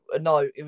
no